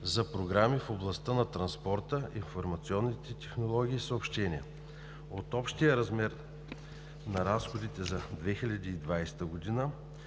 за програми в областта на транспорта, информационните технологии и съобщенията. От общия размер на разходите за 2020 г.